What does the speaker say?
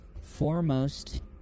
foremost